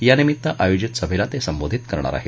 यानिमित्त आयोजित सभेला ते संबोधित करणार आहेत